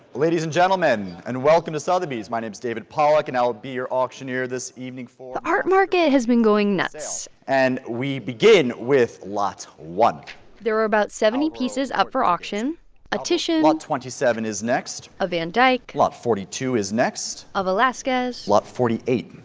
ladies and gentlemen, and welcome to sotheby's. my name is david pollack. and i'll be your auctioneer this evening for. the art market has been going nuts and we begin with lot one there are about seventy pieces up for auction a titian lot twenty seven is next a van dyck lot forty two is next a velasquez lot forty eight,